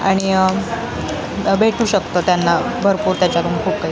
आणि भेटू शकतो त्यांना भरपूर त्याच्यातून खूप काही